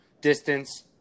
distance